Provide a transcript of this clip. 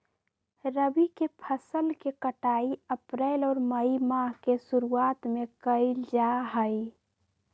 रबी के फसल के कटाई अप्रैल और मई माह के शुरुआत में कइल जा हई